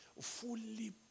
Fully